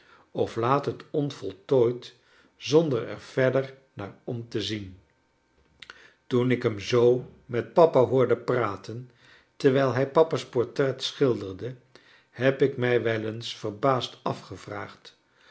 of laat het onvoltooid zonder er verder naar om te zien toen ik hem zoo met papa hoorde praten terwijl hij papa's portret schilderde heb ik mij wel eens verbaasd afgevraagd